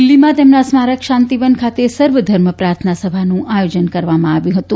દિલ્હીમાં તેમના સ્મારક શાંતિવન ખાતે સર્વધર્મ પ્રાર્થના સભાનું આયોજન કરવામાં આવ્યું હતું